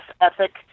ethic